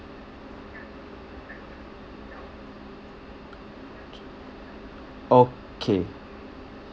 okay